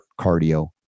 cardio